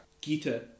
Gita